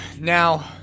Now